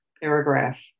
paragraph